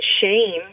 shame